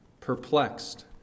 perplexed